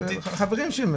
חברים שלו,